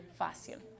fácil